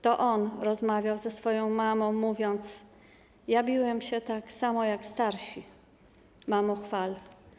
To on rozmawiał ze swoją mamą, mówiąc: Ja biłem się tak samo jak starsi, mamo, chwal.